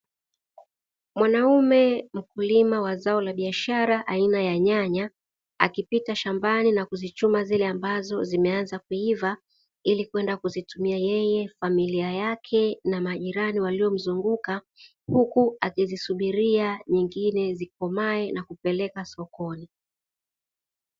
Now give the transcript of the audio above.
Mwanaume mkulima wa zao la biashara aina ya nyanya, akipita shambani na kuzichuma zile ambazo zimeanza kuiva ili kwenda kuzitumia yeye, familia yake na majirani walio mzunguka huku akizisubiria nyingine zikomae na kupeleka sokoni.